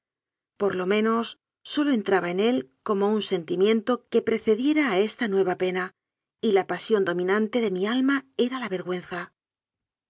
por lo menos sólo entraba en él como un sentimiento que precediera a esta nueva pena y la pasión dominante de mi alma era la vergüenza